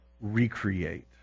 recreate